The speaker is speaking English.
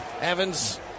Evans